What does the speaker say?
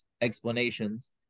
explanations